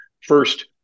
first